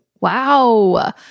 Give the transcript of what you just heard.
wow